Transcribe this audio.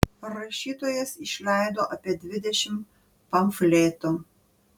rašytojas išleido apie dvidešimt pamfletų